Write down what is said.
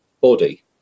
body